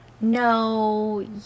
no